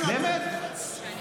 הכנסת שירי,